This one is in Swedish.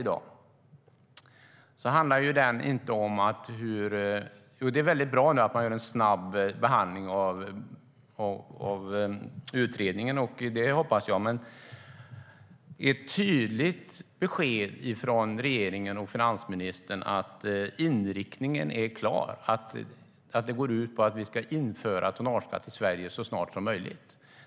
Det är väldigt bra att man gör en snabb behandling av utredningen - jag hoppas att det blir så. Ett tydligt besked från regeringen och finansministern är att inriktningen är klar. Den går ut på att vi ska införa tonnageskatt i Sverige så snart som möjligt.